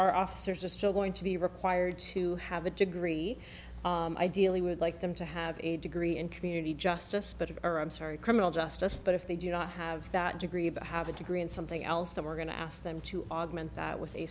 our officers are still going to be required to have a degree ideally we would like them to have a degree in community justice but or i'm sorry criminal justice but if they do not have that degree of have a degree in something else then we're going to ask them to augment that with a